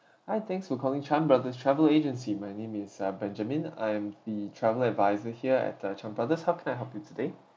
hi thanks for calling chan brothers travel agency my name is uh benjamin I'm the travel adviser here at uh chan brothers how can I help you today